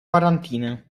quarantina